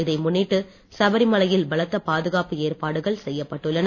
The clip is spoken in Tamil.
இதை முன்னிட்டு சபரிமலையில் பலத்த பாதுகாப்பு ஏற்பாடுகள் செய்யப்பட்டுள்ளன